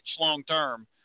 long-term